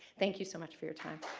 thank you so much for your time.